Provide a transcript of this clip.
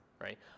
right